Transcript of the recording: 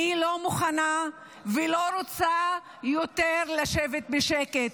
אני לא מוכנה ולא רוצה יותר לשבת בשקט,